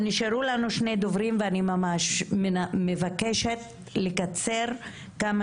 נשארו לנו שלושה דוברים ואני ממש מבקשת לקצר כמה